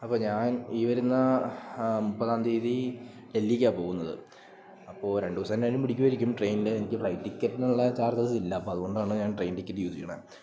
അപ്പം ഞാൻ ഈ വരുന്ന മുപ്പതാം തീയതീ ഡെൽല്ലിക്കാ പോവുന്നത് അപ്പോൾ രണ്ട് ദിവസം എന്നായാലും പിടിക്കുവായിരിക്കും ട്രെയിൻൽ എനിക്ക് ഫ്ലൈറ്റ് ടിക്കറ്റന്നുള്ള ചാർജസ് ഇല്ല അപ്പം അതു കൊണ്ടാണല്ലോ ഞാൻ ട്രെയിൻ ടിക്കറ്റ് യൂസ് ചെയ്യണത്